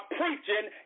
preaching